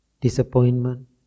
disappointment